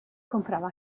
comprava